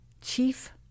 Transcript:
Chief